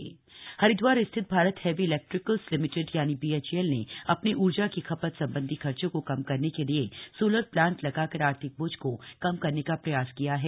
solar plant BHEL Haridwar स्थित Bharat heavy electricals limited BHEL ने अपने ऊर्जा की खपत संबंधी खर्चो को कम करने के लिए सोलर प्लांट लगाकर आर्थिक बोझ को कम करने का प्रयास किया है